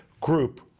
group